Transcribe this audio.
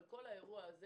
כל האירוע הזה